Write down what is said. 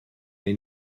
neu